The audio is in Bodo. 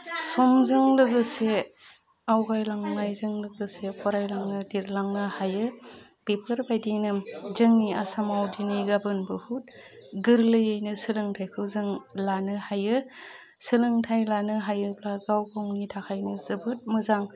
समजों लोगोसे आवगायलांनायजों लोगोसे फरायलांनो लिरलांनो हायो बेफोरबायदिनो जोंनि आसामाव दिनै गाबोन बहुद गोरलैयैनो सोलोंथाइखौ जों लानो हायो सोलोंथाइ लानो हायोब्ला गाव गावनि थाखायनो जोबोद मोजां